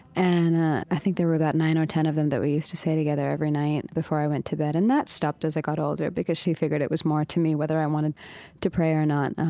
and i i think there were about nine or ten of them that we used to say together every night before i went to bed. and that stopped as i got older because she figured it was more up to me whether i wanted to pray or not.